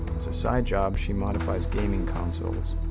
as a side job, she modified gaming consoles.